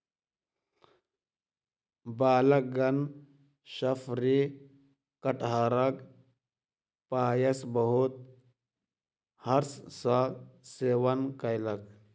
बालकगण शफरी कटहरक पायस बहुत हर्ष सॅ सेवन कयलक